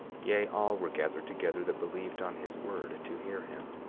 yea, all were gathered together that believed on his word, to hear him.